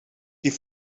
die